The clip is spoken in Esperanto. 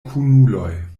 kunuloj